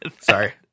Sorry